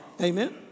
Amen